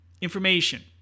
information